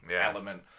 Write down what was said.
element